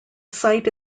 site